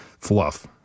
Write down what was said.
fluff